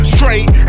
Straight